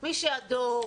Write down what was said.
מי שאדום,